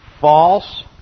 false